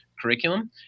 curriculum